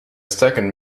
second